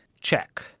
check